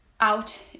out